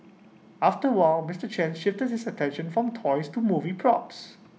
after while Mister chan shifted his attention from toys to movie props